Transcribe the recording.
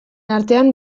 artean